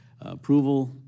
Approval